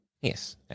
Yes